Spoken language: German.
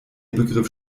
begriff